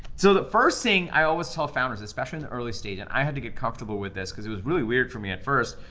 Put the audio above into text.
so the first thing i always tell founders, especially in the early stages, and i had to get comfortable with this cause it was really weird for me at first.